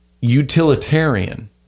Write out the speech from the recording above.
utilitarian